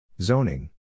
Zoning